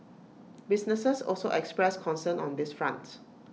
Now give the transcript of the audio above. businesses also expressed concern on this front